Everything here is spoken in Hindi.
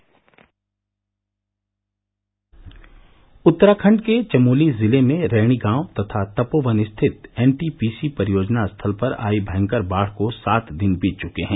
डेस्कएम एस यादव उत्तराखंड के चमोली जिले में रैणी गांव तथा तपोवन स्थित एनटीपीसी परियोजना स्थल पर आई भंयकर बाढ़ को सात दिन बीत चुके हैं